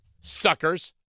Suckers